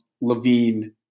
Levine